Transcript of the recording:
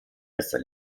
erster